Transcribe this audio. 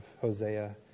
Hosea